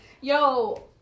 Yo